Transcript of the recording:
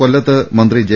കൊല്ലത്ത് മന്ത്രി ജെ